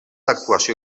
actuació